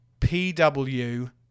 PW